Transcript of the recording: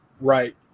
Right